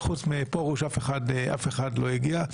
אף אחד לא הגיע.